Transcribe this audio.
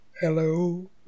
Hello